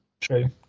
True